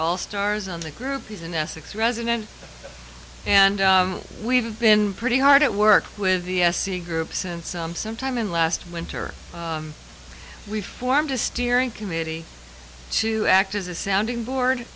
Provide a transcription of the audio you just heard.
all stars on the group he's an essex resident and we've been pretty hard at work with the se groups and some sometime in last winter we formed a steering committee to act as a sounding board